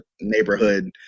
neighborhood